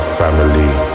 family